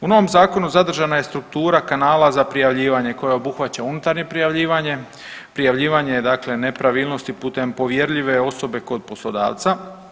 U novom zakonu zadržana je struktura kanala za prijavljivanje koja obuhvaća unutarnje prijavljivanje, prijavljivanje dakle nepravilnosti putem povjerljive osobe kod poslodavca.